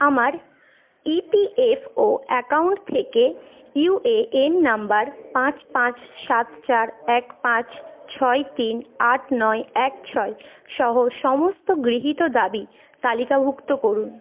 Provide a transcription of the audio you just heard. আমার EPFO account থেকে UAN number পাঁচ পাঁচ সাত চার এক পাঁচ ছয় তিন আট নয় এক ছয় সহ সমস্ত গৃহীত দাবি তালিকাভুক্ত করুন